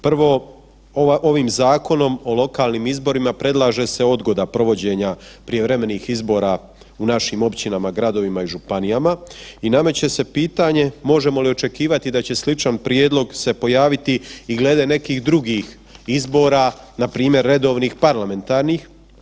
Prvo, ovim Zakonom o lokalnim izborima predlaže se odgoda provođenja prijevremenih izbora u našim općinama, gradovima i županijama i nameće se pitanje možemo li očekivati da će sličan prijedlog se pojaviti i glede nekih drugih izbora npr. redovnih parlamentarnih.